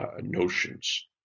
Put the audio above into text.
notions